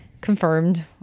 confirmed